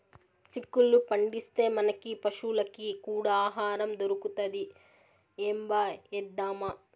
చిక్కుళ్ళు పండిస్తే, మనకీ పశులకీ కూడా ఆహారం దొరుకుతది ఏంబా ఏద్దామా